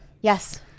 Yes